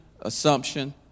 assumption